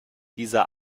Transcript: dieser